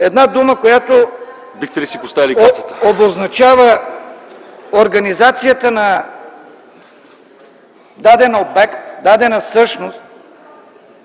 и дума, която обозначава организацията на даден обект, дадена същност,